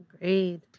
Agreed